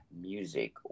Music